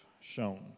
shown